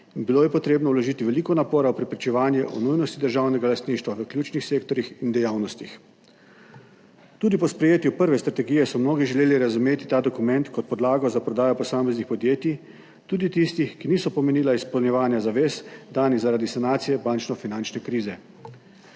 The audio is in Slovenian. in treba je bilo vložiti veliko napora v preprečevanje o nujnosti državnega lastništva v ključnih sektorjih in dejavnostih. Tudi po sprejetju prve strategije so mnogi želeli razumeti ta dokument kot podlago za prodajo posameznih podjetij, tudi tistih, ki niso pomenila izpolnjevanja zavez, danih zaradi sanacije bančno-finančne krize.